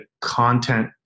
content